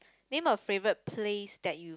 name a favourite place that you